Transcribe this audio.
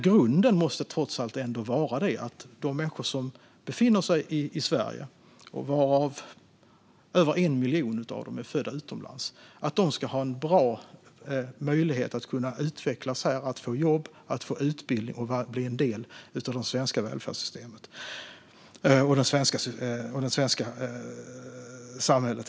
Grunden måste ändå vara att de människor som befinner sig i Sverige, varav över 1 miljon är födda utomlands, ska ha en bra möjlighet att utvecklas här, att få jobb och utbildning och att bli en del av det svenska välfärdssystemet och det svenska samhället.